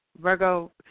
Virgo